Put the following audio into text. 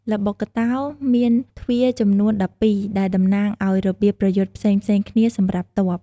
ល្បុក្កតោមាន ទ្វារ ចំនួន ១២ ដែលតំណាងឱ្យរបៀបប្រយុទ្ធផ្សេងៗគ្នាសម្រាប់ទ័ព។